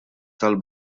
tal